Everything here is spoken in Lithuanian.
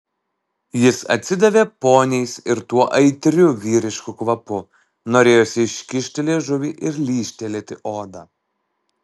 jis atsidavė poniais ir tuo aitriu vyrišku kvapu norėjosi iškišti liežuvį ir lyžtelėti odą